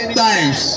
times